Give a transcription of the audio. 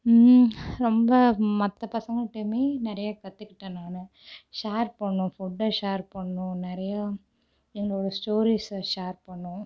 ரொம்ப மற்ற பசங்ககிட்டயுமே நிறைய கற்றுக்கிட்டேன் நான் ஷேர் பண்ணோம் ஃபுட்டை ஷேர் பண்ணோம் நிறைய எங்களோடய ஸ்டோரிசை ஷேர் பண்ணோம்